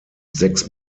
sechs